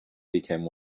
became